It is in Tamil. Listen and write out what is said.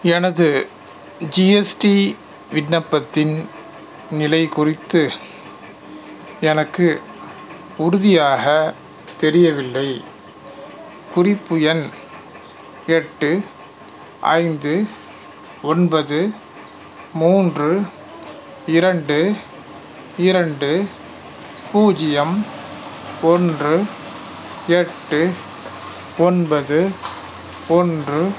எனது ஜிஎஸ்டி விண்ணப்பத்தின் நிலை குறித்து எனக்கு உறுதியாக தெரியவில்லை குறிப்பு எண் எட்டு ஐந்து ஒன்பது மூன்று இரண்டு இரண்டு பூஜ்ஜியம் ஒன்று எட்டு ஒன்பது ஒன்று